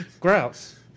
Grouse